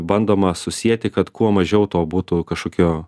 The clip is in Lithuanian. bandoma susieti kad kuo mažiau to būtų kažkokio